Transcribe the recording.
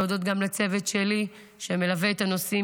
להודות גם לצוות שלי שמלווה את הנושאים